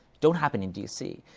don't happen in d c.